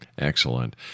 Excellent